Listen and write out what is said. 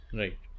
right